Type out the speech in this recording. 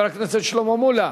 חבר הכנסת שלמה מולה,